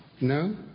no